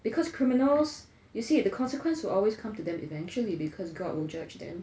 because criminals you see the consequence will always come to them eventually because god will judge them